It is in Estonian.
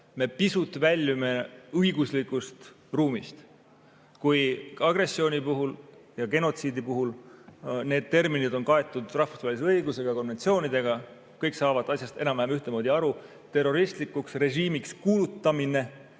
me pisut väljume õiguslikust ruumist. Agressiooni puhul ja genotsiidi puhul need terminid on kaetud rahvusvahelise õigusega, konventsioonidega, kõik saavad asjast enam-vähem ühtemoodi aru. Terroristlikuks režiimiks kuulutamine